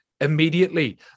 immediately